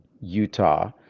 utah